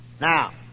Now